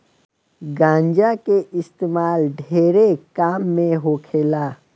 गांजा के इस्तेमाल ढेरे काम मे होखेला